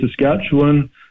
Saskatchewan